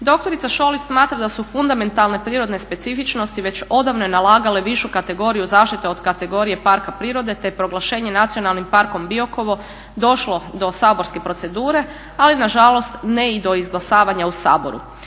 Dr. Šolić smatra da su fundamentalne prirodne specifičnosti već odavno nalagale višu kategoriju zaštite od kategorije parka prirode te proglašenjem Nacionalnog parka Biokovo došlo do saborske procedure ali nažalost ne i do izglasavanja u Saboru.